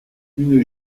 une